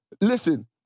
Listen